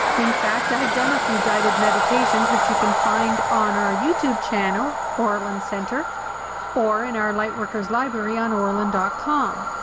in fact, i've done a few guided meditations, which you can find on our youtube channel oralincentre or in our lightworker's library on oralin and com.